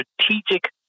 strategic